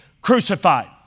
crucified